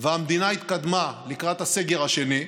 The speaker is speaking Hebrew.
והמדינה התקדמה לקראת הסגר השני,